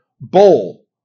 bowl